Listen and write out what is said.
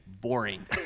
boring